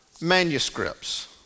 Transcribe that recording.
manuscripts